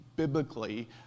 Biblically